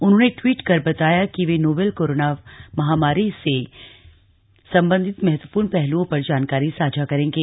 उन्होंने ट्वीट कर बताया कि वे नोवल कोरोना महामारी से संबंधित महत्वपूर्ण पहलुओं पर जानकारी साझा करेंगे